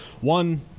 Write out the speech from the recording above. one